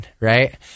right